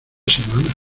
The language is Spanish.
semanas